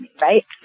right